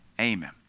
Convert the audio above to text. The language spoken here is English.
Amen